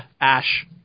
Ash